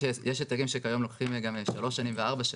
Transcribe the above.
יש היטלים שכיום לוקחים גם שלוש וארבע שנים.